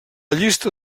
llista